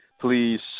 please